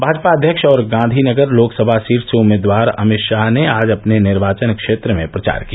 भाजपा अध्यक्ष और गांधीनगर लोकसभा सीट से उम्मीदवार अमित षाह ने आज अपने निर्वाचन क्षेत्र में प्रचार किया